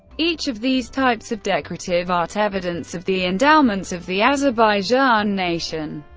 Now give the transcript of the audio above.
each of these types of decorative art, evidence of the endowments of the azerbaijan nation,